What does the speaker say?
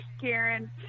Karen